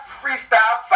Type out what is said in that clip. freestyle